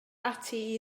ati